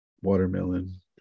Watermelon